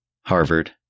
Harvard